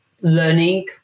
learning